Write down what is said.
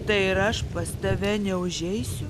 tai ir aš pas tave neužeisiu